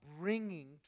bringing